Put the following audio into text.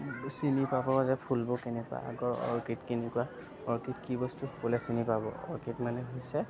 চিনি পাব যে ফুলবোৰ কেনেকুৱা আগৰ অৰ্কিড কেনেকুৱা অৰ্কিড কি বস্তু সকলোৱে চিনি পাব অৰ্কিড মানে হৈছে